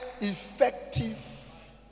effective